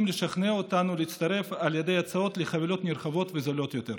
לשכנע אותנו להצטרף על ידי הצעות של חבילות נרחבות וזולות יותר.